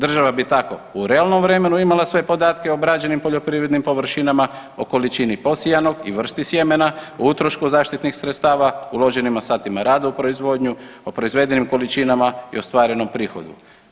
Država bi tako u realnom vremenu imala sve podatke o obrađenim poljoprivrednim površinama, o količini posijanog i vrsti sjemena, o utrošku zaštitnih sredstava, uloženima satima rada u proizvodnju, o proizvedenim količinama i ostvarenom prihodu.